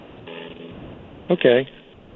Okay